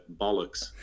bollocks